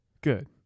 Good